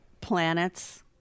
planets